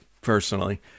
personally